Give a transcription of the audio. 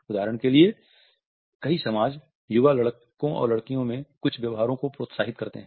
उदाहरण के लिए कई समाज युवा लड़कों और लड़कियों में कुछ व्यवहारों को प्रोत्साहित करते हैं